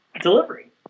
delivery